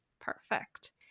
perfect